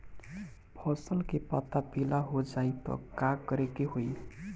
फसल के पत्ता पीला हो जाई त का करेके होई?